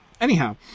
anyhow